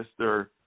Mr